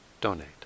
donate